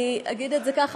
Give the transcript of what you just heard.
אני אגיד את זה ככה,